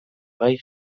gai